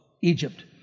Egypt